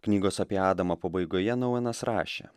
knygos apie adamą pabaigoje nouenas rašė